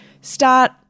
start –